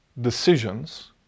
decisions